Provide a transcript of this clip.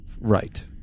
Right